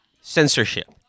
censorship